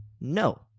No